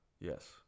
Yes